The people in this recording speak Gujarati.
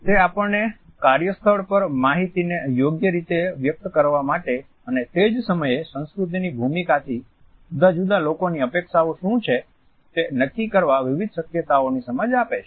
તે આપણને કાર્યસ્થળ પર માહિતીને યોગ્ય રીતે વ્યક્ત કરવા માટે અને તે જ સમયે નેતૃત્વની ભૂમિકાથી જુદા જુદા લોકોની અપેક્ષાઓ શું છે તે નક્કી કરવા વિવિધ શક્યતાઓની સમજ આપે છે